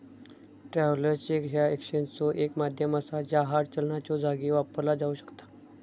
travellers cheque ह्या एक्सचेंजचो एक माध्यम असा ज्या हार्ड चलनाच्यो जागी वापरला जाऊ शकता